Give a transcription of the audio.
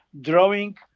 drawing